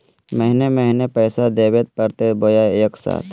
महीने महीने पैसा देवे परते बोया एके साथ?